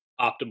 optimal